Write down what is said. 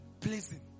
pleasing